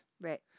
Right